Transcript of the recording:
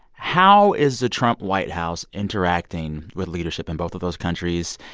how is the trump white house interacting with leadership in both of those countries?